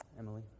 Emily